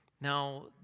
Now